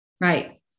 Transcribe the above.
Right